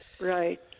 right